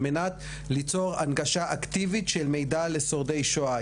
מנת ליצור הנגשה אקטיבית של מידע לשורדי שואה.